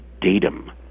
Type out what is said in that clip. datum